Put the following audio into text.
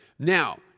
Now